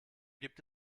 gibt